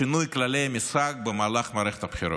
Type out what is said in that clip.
שינוי כללי משחק במהלך מערכת הבחירות.